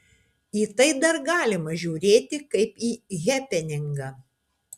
į tai dar galima žiūrėti kaip į hepeningą